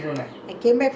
mmhmm